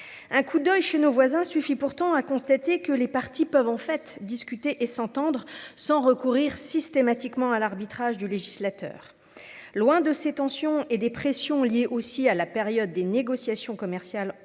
Un coup d'oeil chez nos voisins suffit pourtant pour constater que les parties peuvent discuter et s'entendre sans recourir systématiquement à l'arbitrage du législateur. Loin de ces tensions et des pressions liées à la période de négociations commerciales